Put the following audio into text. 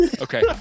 Okay